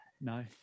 No